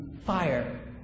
fire